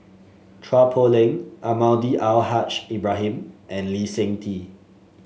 Chua Poh Leng Almahdi Al Haj Ibrahim and Lee Seng Tee